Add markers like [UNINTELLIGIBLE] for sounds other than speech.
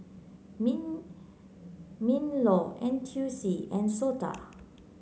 [UNINTELLIGIBLE] Minlaw N T U C and SOTA